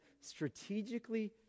strategically